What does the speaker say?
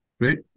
Great